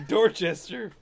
Dorchester